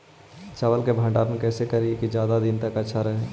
चावल के भंडारण कैसे करिये की ज्यादा दीन तक अच्छा रहै?